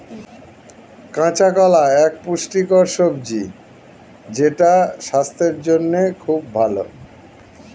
কাঁচা কলা এক পুষ্টিকর সবজি যেটা স্বাস্থ্যের জন্যে খুব ভালো